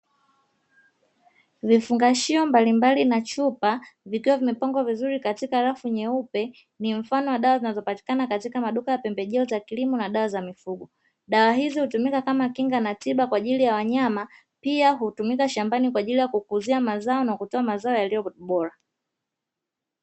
Vifungashio mbalimbali na chupa zikiwa zimepangwa vizuri katika rafu nyeupe, ni mfano wa dawa zinazopatikana katika maduka ya pembejeo za kilimo na dawa za mifugo. Dawa hizo hutumika kama kinga na tiba kwa ajili ya wanyama pia hutumika shambani kwa ajili ya kukuzia mazao na kutoa mazao yaliyo bora.